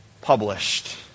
published